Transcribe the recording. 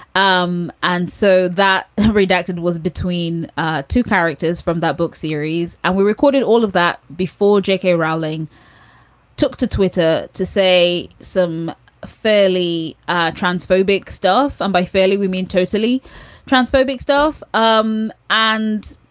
um and so that redacted was between two characters from that book series. and we recorded all of that before j k. rowling took to twitter to say some fairly trans phobic stuff. and by fairly, we mean totally transbay big stuff. um and,